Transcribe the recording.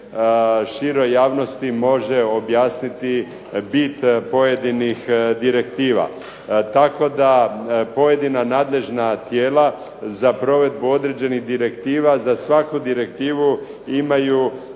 široj javnosti može objasniti bit pojedinih direktiva. Tako da pojedina nadležna tijela za provedbu određenih direktiva za svaku direktivu imaju